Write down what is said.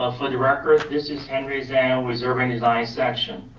ah for the record, this is henry zhang with urban design section.